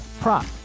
prop